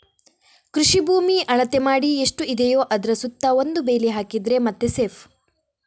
ಕೃಷಿ ಭೂಮಿ ಅಳತೆ ಮಾಡಿ ಎಷ್ಟು ಇದೆಯೋ ಅದ್ರ ಸುತ್ತ ಒಂದು ಬೇಲಿ ಹಾಕಿದ್ರೆ ಮತ್ತೆ ಸೇಫ್